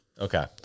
Okay